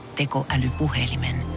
tekoälypuhelimen